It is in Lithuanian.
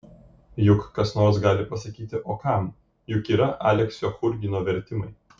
juk kas nors gali pasakyti o kam juk yra aleksio churgino vertimai